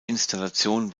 installation